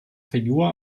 figur